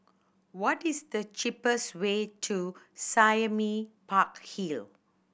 what is the cheapest way to Sime Park Hill